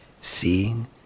seeing